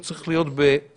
שצריך להיות בפיקוח,